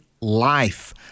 life